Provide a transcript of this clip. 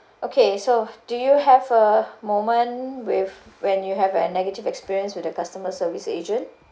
okay so do you have a moment with when you have a negative experience with a customer service agent